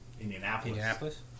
Indianapolis